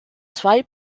zwei